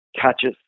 catches